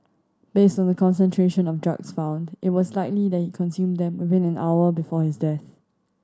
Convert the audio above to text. based on the concentration of drugs found it was likely that he consumed them within an hour before his death